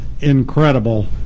incredible